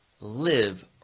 live